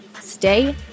stay